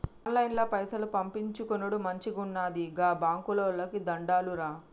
ఆన్లైన్ల పైసలు పంపిచ్చుకునుడు మంచిగున్నది, గా బాంకోళ్లకు దండాలురా